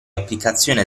applicazione